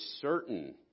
certain